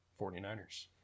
49ers